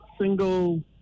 single